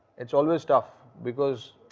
it's always tough because.